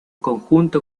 conjunto